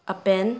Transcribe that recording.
ꯑꯄꯦꯟ